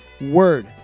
word